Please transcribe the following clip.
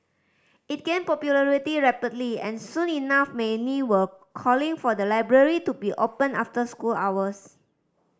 it gained popularity rapidly and soon enough many were calling for the library to be opened after school hours